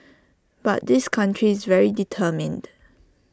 but this country is very determined